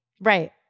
Right